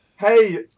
Hey